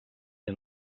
que